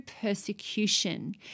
persecution